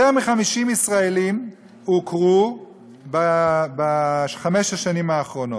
יותר מ-50 ישראלים הוכרו בחמש השנים האחרונות.